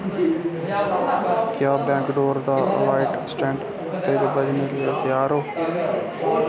क्या बैकडोर दा alarm set ऐ ते बजने लेई त्यार ऐ